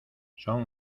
son